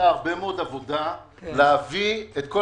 שנעשתה הרבה מאוד עבודה להביא את כל